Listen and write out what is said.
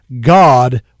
God